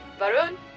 varun